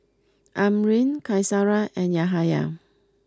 Amrin Qaisara and Yahaya